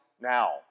now